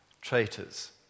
Traitors